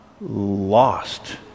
lost